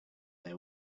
that